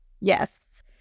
Yes